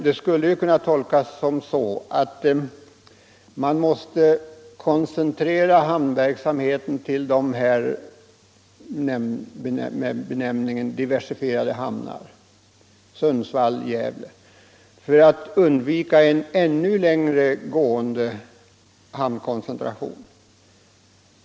Det skulle ju kunna tolkas så att man måste koncentrera hamnverksamheten till vad som benämns diversifierade hamnar, såsom hamnarna i Sundsvall och Gävle, för att undvika en ännu längre gående koncentration.